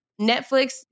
Netflix